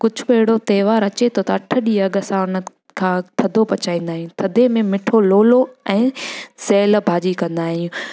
कुझ बि अहिड़ो त्योहार अचे तो त अठ ॾींहं अॻु सां उन खां थधो पचाईंदा आहियूं थधे में मीठो लोलो ऐं सहियलु भाॼी कंदा आहियूं